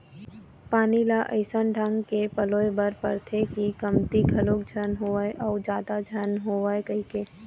पानी ल अइसन ढंग के पलोय बर परथे के कमती घलोक झन होवय अउ जादा झन होवय कहिके